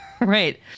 right